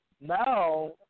now